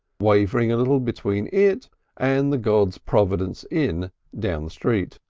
wavering a little between it and the god's providence inn down the street.